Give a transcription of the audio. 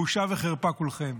בושה וחרפה כולכם.